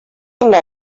una